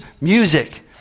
music